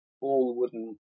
all-wooden